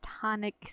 tonic